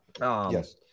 Yes